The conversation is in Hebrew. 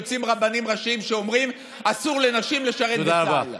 יוצאים רבנים ראשיים שאומרים: אסור לנשים לשרת בצה"ל.